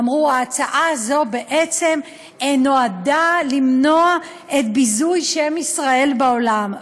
אמרו: ההצעה הזאת בעצם נועדה למנוע את ביזוי שם ישראל בעולם.